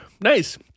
Nice